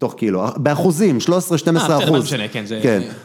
תוך כאילו, באחוזים, 13-12 אחוז, כן.